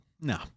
no